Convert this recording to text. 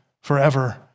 forever